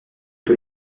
que